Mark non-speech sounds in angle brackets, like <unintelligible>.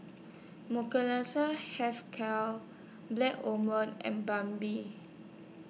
<unintelligible> Health Care Black <unintelligible> and Bun Bee